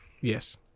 Yes